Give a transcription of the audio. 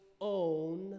own